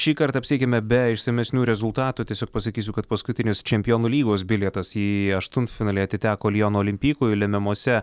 šįkart apsieikime be išsamesnių rezultatų tiesiog pasakysiu kad paskutinis čempionų lygos bilietas į aštuntfinalį atiteko liono olimpykui lemiamose